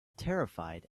terrified